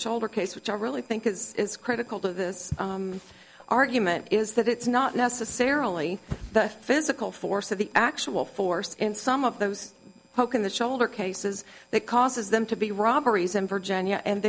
shoulder case which i really think it's critical to this argument is that it's not necessarily the physical force of the actual force in some of those poke in the shoulder cases that causes them to be robberies in virginia and